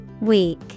Weak